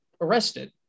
arrested